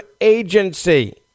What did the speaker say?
agency